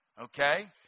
Okay